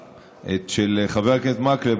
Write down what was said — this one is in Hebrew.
חבר הכנסת מקלב,